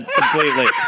completely